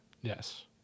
Yes